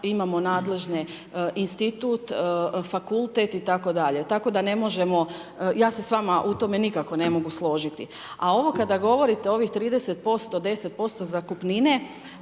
imamo nadležne institut , fakultet itd. Tako da se s vama nikako ne mogu složiti. Kada govorite o ovih 30%, 10% zakupnine